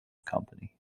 company